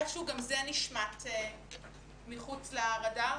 איכשהו גם זה נשמט מחוץ לרדאר,